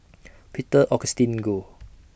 Peter Augustine Goh